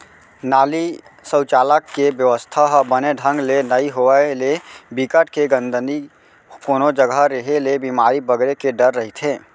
नाली, सउचालक के बेवस्था ह बने ढंग ले नइ होय ले, बिकट के गंदगी कोनो जघा रेहे ले बेमारी बगरे के डर रहिथे